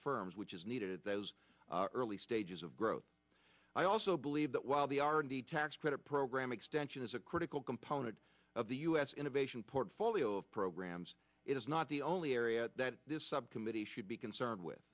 firms which is needed those early stages of growth i also believe that while the r and d tax credit program extension is a critical component of the u s innovation portfolio of programs it is not the only area that this subcommittee should be concerned with